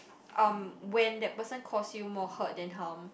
um when that person cause you more hurt than harm